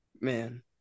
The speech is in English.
man